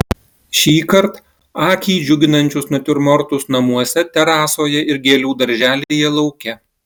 šįkart akį džiuginančius natiurmortus namuose terasoje ir gėlių darželyje lauke